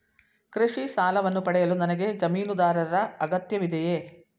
ಕೃಷಿ ಸಾಲವನ್ನು ಪಡೆಯಲು ನನಗೆ ಜಮೀನುದಾರರ ಅಗತ್ಯವಿದೆಯೇ?